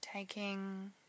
Taking